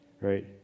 right